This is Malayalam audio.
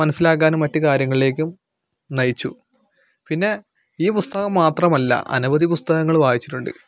മനസ്സിലാക്കാനും മറ്റു കാര്യങ്ങൾലേക്കും നയിച്ചു പിന്നെ ഈ പുസ്തകം മാത്രമല്ല അനവധി പുസ്തകങ്ങള് വായിച്ചിട്ടുണ്ട്